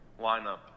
lineup